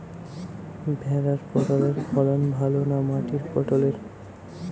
ভেরার পটলের ফলন ভালো না মাটির পটলের?